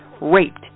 raped